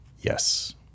Yes